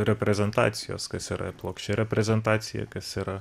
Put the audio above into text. reprezentacijos kas yra plokščia reprezentacija kas yra